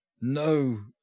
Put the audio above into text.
No